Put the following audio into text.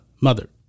mother